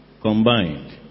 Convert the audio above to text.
combined